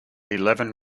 eleven